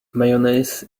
mayonnaise